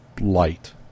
light